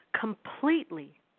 completely